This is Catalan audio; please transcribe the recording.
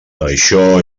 això